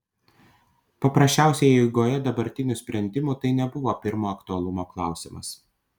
paprasčiausiai eigoje dabartinių sprendimų tai nebuvo pirmo aktualumo klausimas